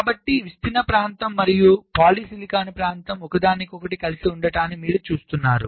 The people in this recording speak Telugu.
కాబట్టి విస్తరణ ప్రాంతం మరియు పాలిసిలికాన్ ప్రాంతం ఒకదానికి ఒకటి కలిసి ఉండటాన్ని మీరు చూస్తున్నారు